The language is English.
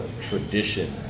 tradition